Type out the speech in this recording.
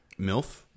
MILF